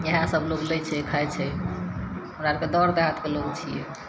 इहए सभ लोग लै छै खाय छै हमरा आरकऽ दर देहातके लोग छियै